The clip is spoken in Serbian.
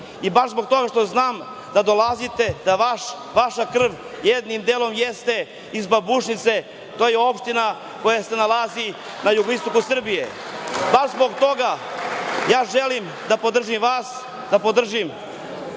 i baš zbog toga što znam da dolazite, da vaša krv jednim delom jeste iz Babušnice. To je opština koja se nalazi na jugoistoku Srbije. Baš zbog toga ja želim da podržim vas, da podržim